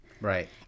right